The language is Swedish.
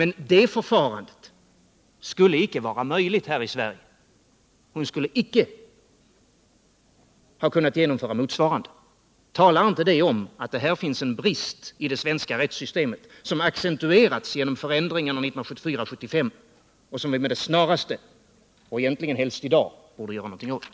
Något sådant skulle icke vara möjligt här i Sverige. Hon skulle icke ha kunnat uppnå motsvarande upprättelse. Talar inte det om, att det här finns en brist i det svenska rättssystemet som accentuerats genom förändringarna 1974 och 1975 och som vi med det snaraste och egentligen helst i dag borde göra någonting åt?